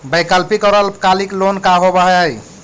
वैकल्पिक और अल्पकालिक लोन का होव हइ?